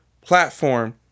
platform